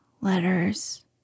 letters